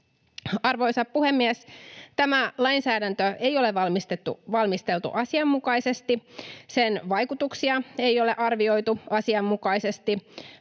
Arvoisa puhemies! Tämä lainsäädäntö ei ole valmisteltu asianmukaisesti, sen vaikutuksia ei ole arvioitu asianmukaisesti,